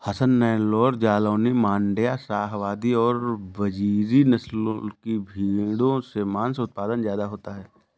हसन, नैल्लोर, जालौनी, माण्ड्या, शाहवादी और बजीरी नस्ल की भेंड़ों से माँस उत्पादन ज्यादा होता है